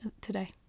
today